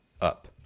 up